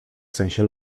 sensie